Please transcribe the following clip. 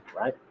right